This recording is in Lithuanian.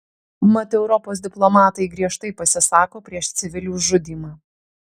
mat europos diplomatai griežtai pasisako prieš civilių žudymą